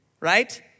right